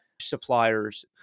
suppliers